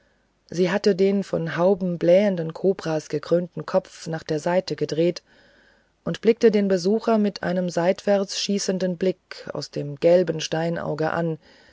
sie hatte den von haubenblähenden kobras gekrönten kopf nach der seite gedreht und blickte den besucher mit einem seitwärts schießenden blick aus dem gelben steinauge an